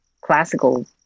classical